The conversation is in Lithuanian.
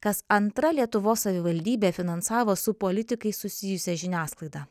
kas antra lietuvos savivaldybė finansavo su politikais susijusią žiniasklaidą